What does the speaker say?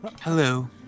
Hello